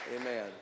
Amen